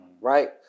right